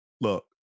Look